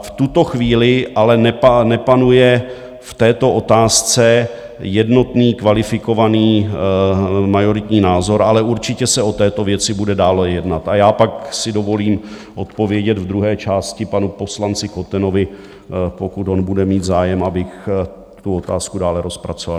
V tuto chvíli ale nepanuje v této otázce jednotný kvalifikovaný majoritní názor, ale určitě se o této věci bude dále jednat, a já pak si dovolím odpovědět ve druhé části panu poslanci Kotenovi, pokud on bude mít zájem, abych tu otázku dále rozpracoval.